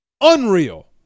Unreal